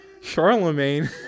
Charlemagne